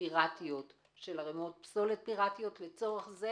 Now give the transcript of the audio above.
פיראטיות של ערימות פסולת פיראטיות, לצורך זה